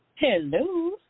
Hello